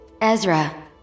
Ezra